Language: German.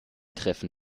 treffen